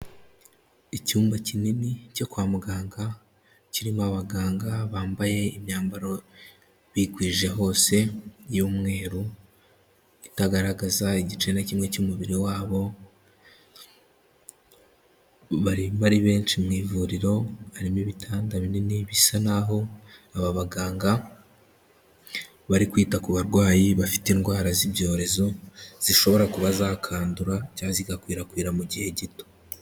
Icyumba kinini cyo kwa muganga kirimo abaganga bambaye imyambaro bikwije hose y'umweru itagaragaza igice na kimwe cy'umubiri wabo, barimo ari benshi mu ivuriro, harimo ibitanda binini bisa naho aba baganga bari kwita ku barwayi bafite indwara z'ibyorezo zishobora kuba zakandura cyangwa zigakwirakwira kugera mu gihe gito.